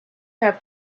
have